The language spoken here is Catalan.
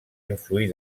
influir